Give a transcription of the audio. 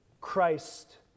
christ